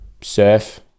surf